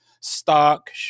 stark